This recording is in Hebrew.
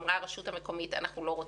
אמרה הרשות המקומית: אנחנו לא רוצים.